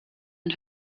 ein